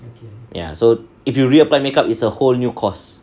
ya so if you reapply makeup is a whole new cost